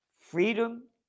Freedom